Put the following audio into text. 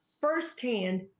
firsthand